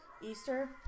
Easter